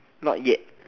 not yet